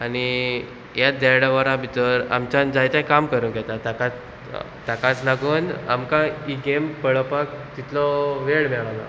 आनी ह्या देड वरां भितर आमच्यान जायते काम करूंक येता ताकाच ताकाच लागून आमकां ही गेम पळोवपाक तितलो वेळ मेळोना